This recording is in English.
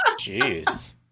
Jeez